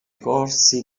corsi